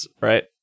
right